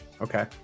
okay